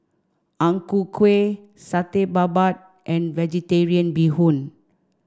Ang Ku Kueh Satay Babat and Vegetarian Bee Hoon